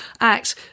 act